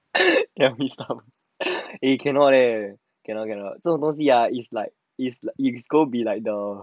eh cannot leh cannot cannot so lonely ah is like is is is going to be like the